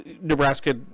Nebraska